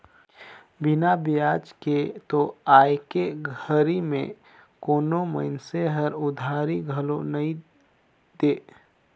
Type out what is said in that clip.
बिना बियाज के तो आयके घरी में कोनो मइनसे हर उधारी घलो नइ दे